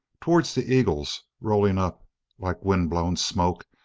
towards the eagles, rolling up like wind-blown smoke,